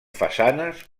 façanes